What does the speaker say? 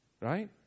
right